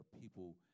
people